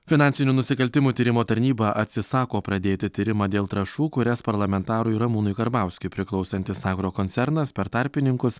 finansinių nusikaltimų tyrimo tarnyba atsisako pradėti tyrimą dėl trąšų kurias parlamentarui ramūnui karbauskiui priklausantis agrokoncernas per tarpininkus